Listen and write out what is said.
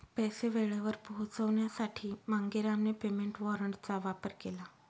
पैसे वेळेवर पोहोचवण्यासाठी मांगेरामने पेमेंट वॉरंटचा वापर केला